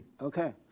Okay